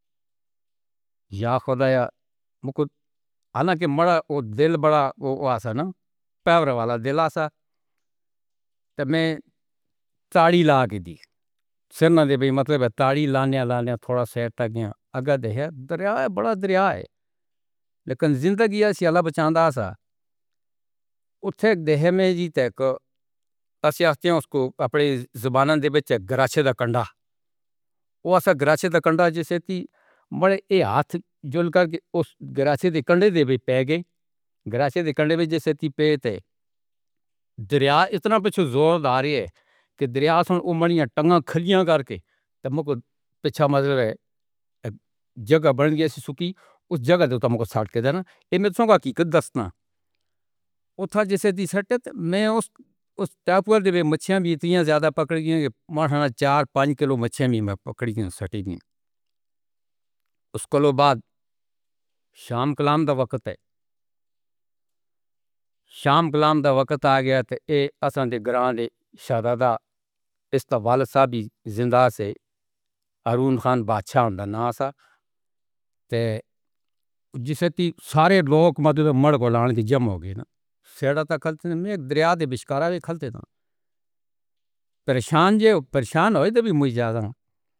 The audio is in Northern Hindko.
یا خدایا۔ حالانکہ مرا دل بڑا ہوا تھا نہ پیار والا دل تھا۔ تب میں تاڑی لا کر بھی فوج کے مطلبے تاڑی لانے والے تھوڑا سا جاگیا آگے دریا بڑا دکھا۔ دریا لیکن زندگی سے اللہ بچانا تھا۔ اُس دن میں جیتتا ہے۔ اصل کو اپنی زبانوں نے بھی چیک کراچی کنڈا کو اصلی کراچی کنڈا جیسے بھی مارے۔ یہ سب جُل کر اُس گاہک سے کنویئر پیغام کراچی کنڈے پر جسے تبصرے دریا اتنا پیچھے زوردار ہے کہ دریا سے عمر ٹنگا کھلیاں کر کے مو کو پیچھے مزے کی جگہ بن گئی۔ سوکی اُس جگہ تو تو سڑکیں ہیں نا۔ یہ سب کچھ دستانہ اُٹھان جیسے کہ سٹے میں اُس پیپر کی بھی اتنی زیادہ پکڑ کے مٹھانا چار پانچ کلو مچھلی بھی میں پکڑی نہ اُس کے بعد شام کے وقت۔ شام کے وقت آ گیا تو آسُودہ گاہکی شردھا کا استعمال سبھی زندہ سے۔ ارون جھا کا نام تھا تے۔ جسے سارے لوگ مدہوش جم ہو گئے۔ سیدھا قالین میں دریا دل بیچ کر بکھیر دو۔ پریشان۔ پریشان ہو تو بھی مجھے زیادہ۔